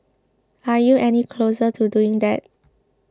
are you any closer to doing that